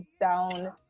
down